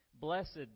Blessed